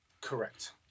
Correct